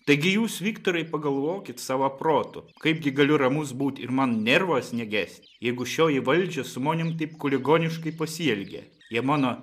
taigi jūs vyktorai pagalvokit savo protu kaipgi galiu ramus būt ir man nervas neges jeigu šioji valdžia su monim taip kuligoniškai pasielgė jie mano